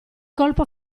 colpo